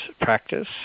practice